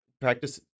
Practice